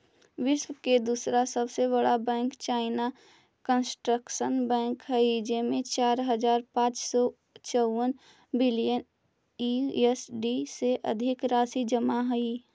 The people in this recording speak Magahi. विश्व के दूसरा सबसे बड़ा बैंक चाइना कंस्ट्रक्शन बैंक हइ जेमें चार हज़ार पाँच सौ चउवन बिलियन यू.एस.डी से अधिक राशि जमा हइ